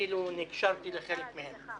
אפילו נקשרתי לחלק מהם,